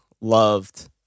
loved